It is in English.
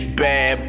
bad